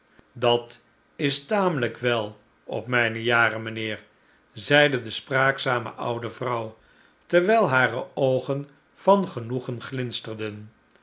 dat is tamelijk wel op mijne jaren mijnheer zeide de spraakzame oude vrouw terwijl hare oogen van genoegen glinsterden